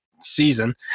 season